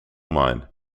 mine